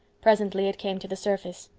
presently it came to the surface.